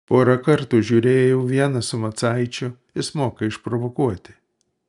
porą kartų žiūrėjau vieną su macaičiu jis moka išprovokuoti